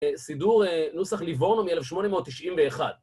סידור נוסח ליבורנו מ-1891.